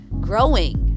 growing